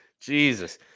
Jesus